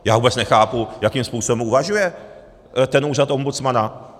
Já vůbec nechápu, jakým způsobem uvažuje ten úřad ombudsmana.